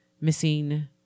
missing